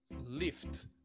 Lift